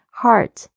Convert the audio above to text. heart